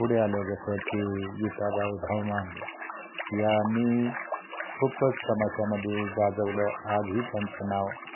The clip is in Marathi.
पुढे आल्या जसं की विठाबाई भाऊ मांग यांनी खूपच तमाशामध्ये गाजवलं आजही त्यांचं नाव